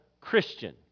Christian